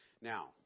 Now